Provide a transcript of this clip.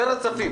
זה נוספים.